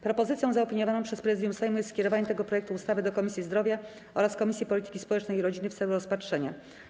Propozycją zaopiniowaną przez Prezydium Sejmu jest skierowanie tego projektu ustawy do Komisji Zdrowia oraz Komisji Polityki Społecznej i Rodziny w celu rozpatrzenia.